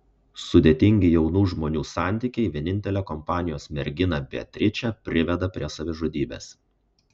sudėtingi jaunų žmonių santykiai vienintelę kompanijos merginą beatričę priveda prie savižudybės